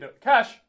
cash